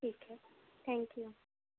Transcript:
ٹھیک ہے thank you